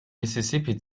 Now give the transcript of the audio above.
mississippi